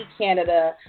Canada